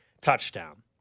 touchdown